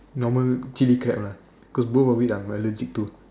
normal chili crab ah cause both of it I'm allergic to